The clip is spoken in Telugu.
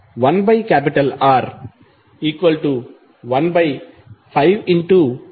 G1R151030